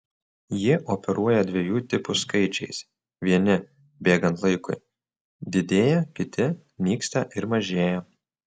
jie operuoja dviejų tipų skaičiais vieni bėgant laikui didėja kiti nyksta ir mažėja